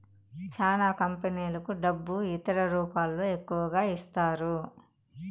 చానా కంపెనీలకు డబ్బు ఇతర రూపాల్లో ఎక్కువగా ఇస్తారు